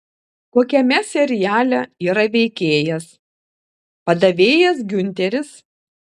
kokiame seriale yra veikėjas padavėjas giunteris